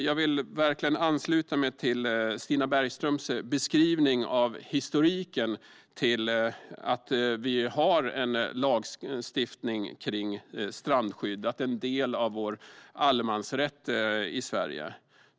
Jag vill verkligen ansluta mig till Stina Bergströms beskrivning av historiken bakom att vi har en lagstiftning kring strandskydd, nämligen att det är en del av vår allemansrätt i Sverige.